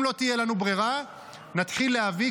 אם לא תהיה לנו ברירה נתחיל להביא,